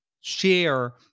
share